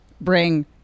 bring